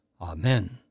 Amen